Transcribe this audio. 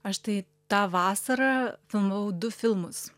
aš tai tą vasarą filmavau du filmus